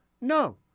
No